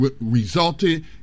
resulted